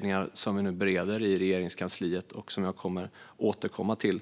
dem som vi nu bereder i Regeringskansliet, och som jag kommer att återkomma till.